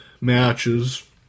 matches